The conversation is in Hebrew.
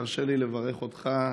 תרשה לי לברך אותך.